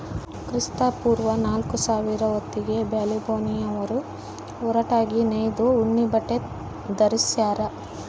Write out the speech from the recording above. ಕ್ರಿಸ್ತಪೂರ್ವ ನಾಲ್ಕುಸಾವಿರ ಹೊತ್ತಿಗೆ ಬ್ಯಾಬಿಲೋನಿಯನ್ನರು ಹೊರಟಾಗಿ ನೇಯ್ದ ಉಣ್ಣೆಬಟ್ಟೆ ಧರಿಸ್ಯಾರ